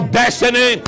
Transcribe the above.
destiny